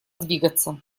двигаться